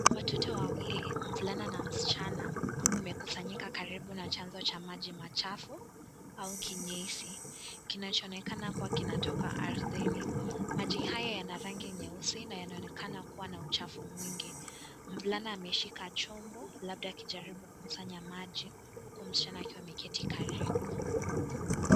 Watoto wawili, mvulana na msichana wamekusanyika karibu na chanzo cha maji machafu au kinyesi, kinachoonekana kuwa kinatoka ardhini. Maji hayo yana rangi nyeusi na yanaonekana kuwa na uchafu mwingi. Mvulana ameshika chombo labda akijaribu kukusanya maji, huku msichana akiwa ameketi karibu.